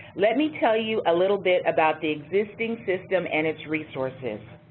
let me tell you a little bit about the existing system and its resources.